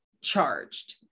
charged